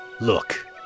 Look